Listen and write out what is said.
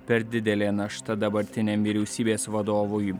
per didelė našta dabartiniam vyriausybės vadovui